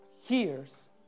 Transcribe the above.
hears